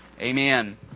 Amen